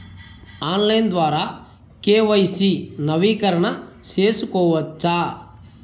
Online ద్వారా KYC నవీకరణ సేసుకోవచ్చా?